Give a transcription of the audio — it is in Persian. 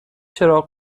چراغ